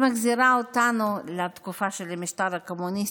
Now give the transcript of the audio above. היא מחזירה אותנו לתקופה של המשטר הקומוניסטי,